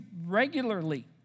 regularly